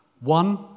one